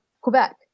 Quebec